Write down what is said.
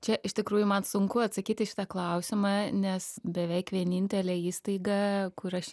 čia iš tikrųjų man sunku atsakyt į šitą klausimą nes beveik vienintelė įstaiga kur aš